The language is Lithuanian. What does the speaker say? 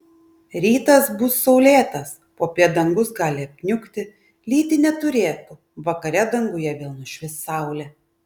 rytas bus saulėtas popiet dangus gali apniukti lyti neturėtų vakare danguje vėl nušvis saulė